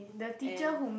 and